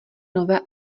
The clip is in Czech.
nové